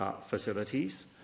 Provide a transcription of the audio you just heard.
facilities